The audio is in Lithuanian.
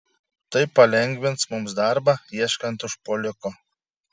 tai palengvins mums darbą ieškant užpuoliko